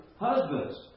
husbands